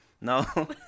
No